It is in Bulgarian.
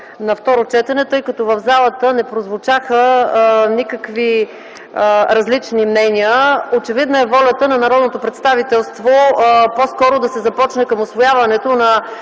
на второ четене, тъй като в залата не прозвучаха никакви различни мнения. Очевидна е волята на народното представителство по-скоро да се започне усвояването на